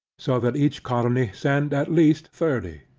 so that each colony send at least thirty.